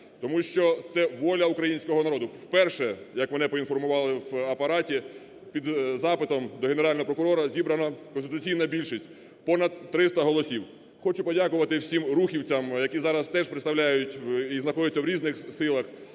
тому що це воля українського народу. Вперше, як мене поінформували в Апараті, під запитом до Генерального прокурора зібрана конституційна більшість, понад 300 голосів. Хочу подякувати всім рухівцям, які зараз теж представляють і знаходяться в різних силах,